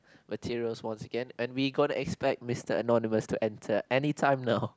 materials once again and we gonna expect Mister Anonymous to enter anytime now